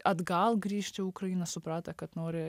atgal grįžt į ukrainą suprato kad nori